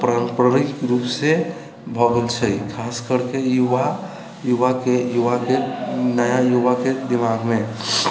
पारम्परिक रूप से भए गेल छै खास करके युवाके नया युवाके दिमाग मे